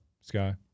Sky